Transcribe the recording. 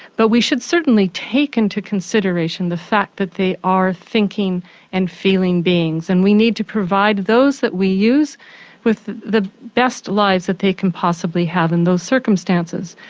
but we should certainly take into consideration the fact that they are thinking and feeling beings and we need to provide those that we use with the best lives that they can possibly have in those circumstances.